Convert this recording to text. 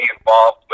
involved